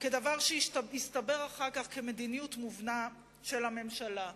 כדבר שהסתבר אחר כך כמדיניות מובנית של הממשלה: